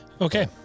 Okay